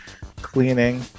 cleaning